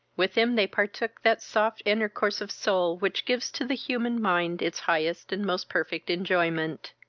with him they partook that soft intercourse of soul which gives to the human mind its highest and most perfect enjoyment.